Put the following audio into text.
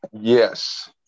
Yes